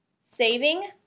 Saving